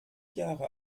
jahre